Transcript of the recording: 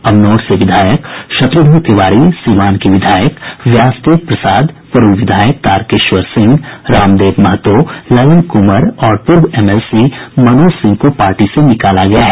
अमनौर से विधायक शत्रुघ्न तिवारी सिवान के विधायक व्यासदेव प्रसाद पूर्व विधायक तारकेश्वर सिंह रामदेव महतो ललन कुंवर और पूर्व एमएलसी मनोज सिंह को पार्टी से निकाला गया है